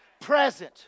present